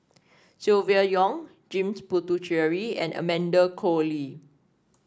Silvia Yong James Puthucheary and Amanda Koe Lee